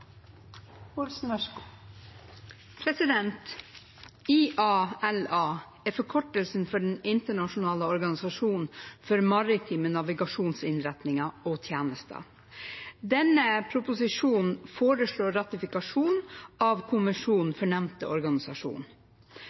nr. 16. IALA er forkortelsen for Den internasjonale organisasjonen for maritime navigasjonsinnretninger og -tjenester. I denne proposisjonen foreslås det ratifikasjon av konvensjonen om nevnte organisasjon.